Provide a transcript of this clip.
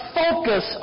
focus